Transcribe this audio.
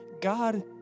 God